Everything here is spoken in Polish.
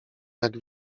jak